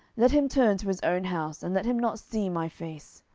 let him turn to his own house, and let him not see my face.